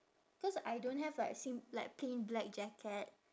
cause I don't have like sim~ like plain black jacket